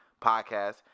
Podcast